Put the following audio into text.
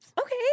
Okay